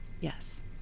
yes